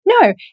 no